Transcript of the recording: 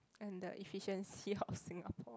and the efficiency of Singapore